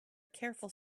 careful